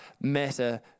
matter